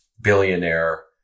billionaire